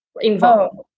involved